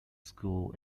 school